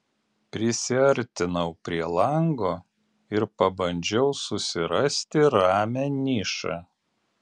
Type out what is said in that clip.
prisiartinau prie lango ir pabandžiau susirasti ramią nišą